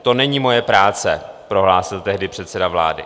To není moje práce, prohlásil tehdy předseda vlády.